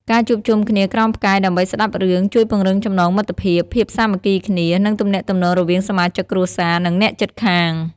ការជួបជុំគ្នាក្រោមផ្កាយដើម្បីស្ដាប់រឿង ជួយពង្រឹងចំណងមិត្តភាព ភាពសាមគ្គីគ្នា និងទំនាក់ទំនងរវាងសមាជិកគ្រួសារ និងអ្នកជិតខាង ។